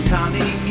Tommy